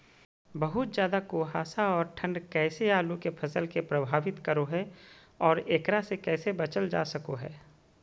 बहुत ज्यादा कुहासा और ठंड कैसे आलु के फसल के प्रभावित करो है और एकरा से कैसे बचल जा सको है?